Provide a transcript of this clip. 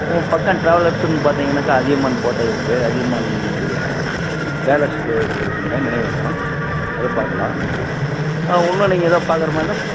பக்கம் ட்ராவலர்ஸுனு பார்த்தீங்கனாக்கா அதியமான் கோட்டை இருக்குது அதியமானுடைய பேலஸ் வ இது இருக்குதுங்க நினைவகம் அதுவும் பார்க்கலாம் இன்னும் நீங்கள் எதாது பார்க்கற மாதிரி இருந்தால்